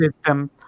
system